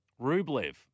Rublev